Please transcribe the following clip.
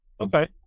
Okay